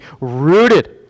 rooted